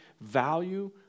value